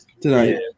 tonight